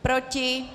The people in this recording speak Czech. Proti?